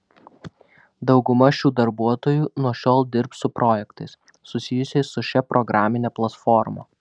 dauguma šių darbuotojų nuo šiol dirbs su projektais susijusiais su šia programine platforma